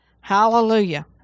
Hallelujah